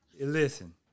Listen